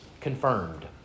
confirmed